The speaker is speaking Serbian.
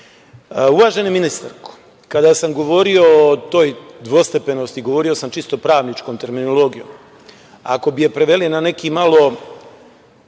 boljem. Uvažena ministarko, kada samo govorio o toj dvostepenosti, govorio sam čisto pravničkom terminologijom. Ako bi je preveli na neki malo